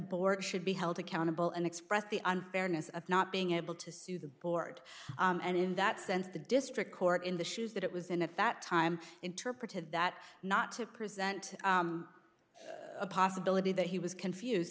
board should be held accountable and expressed the unfairness of not being able to sue the board and in that sense the district court in the shoes that it was in a fat time interpreted that not to present a possibility that he was confused